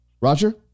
Roger